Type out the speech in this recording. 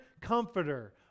comforter